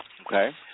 Okay